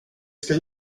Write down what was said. ska